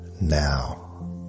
now